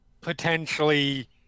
potentially